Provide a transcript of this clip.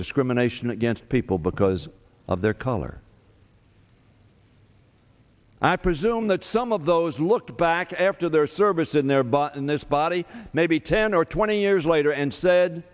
discrimination against people because of their color i presume that some of those look back after their service in there but in this body maybe ten or twenty years later and said